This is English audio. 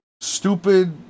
Stupid